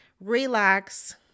relax